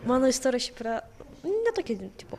mano istorija šeip yra ne tokia tipo